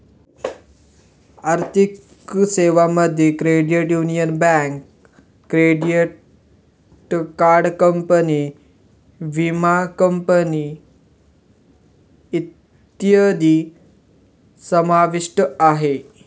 आर्थिक सेवांमध्ये credit union, bank, credit card company, विमा कंपनी इत्यादी समाविष्ट आहे